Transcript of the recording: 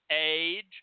age